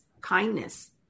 kindness